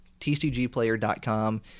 TCGPlayer.com